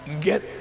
get